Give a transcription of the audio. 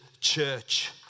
church